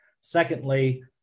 Secondly